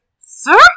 Sir